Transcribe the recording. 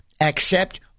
accept